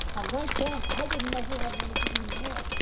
and right then i didn't know who i wanted to be more,